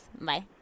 Bye